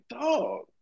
dog